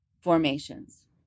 Formations